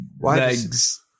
legs